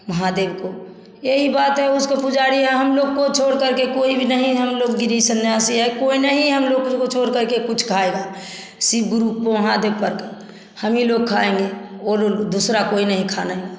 महादेव को यही बात है उसको पुजारी है हम लोग को छोड़कर के कोई भी नहीं हम लोग गिरी संन्यासी है कोई नहीं हम लोग को छोड़ कर के कुछ खाएगा शिव गुरू महादेव करके हम ही लोग खाएँगे और उ दूसरा कोई नहीं खाना